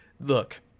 look